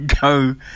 go